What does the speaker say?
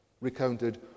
recounted